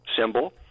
symbol